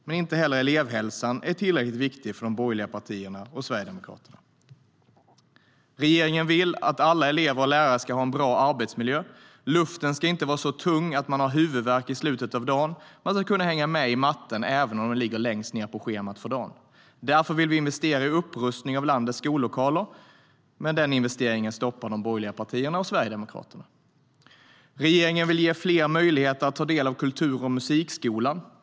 Men inte heller elevhälsan är tillräckligt viktig för de borgerliga partierna och Sverigedemokraterna.Regeringen vill ge fler möjlighet att ta del av kultur och musikskolan.